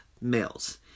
males